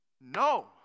No